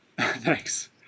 Thanks